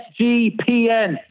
SGPN